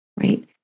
Right